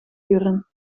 uren